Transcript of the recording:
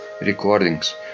recordings